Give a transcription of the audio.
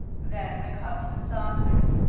then the cups and saucers,